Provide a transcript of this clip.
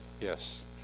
Yes